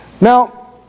Now